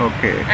Okay